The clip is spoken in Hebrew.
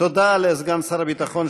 תודה לסגן שר הביטחון.